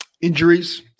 injuries